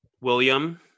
william